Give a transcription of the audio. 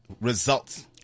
results